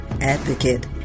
advocate